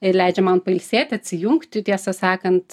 ir leidžia man pailsėti atsijungti tiesą sakant